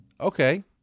Okay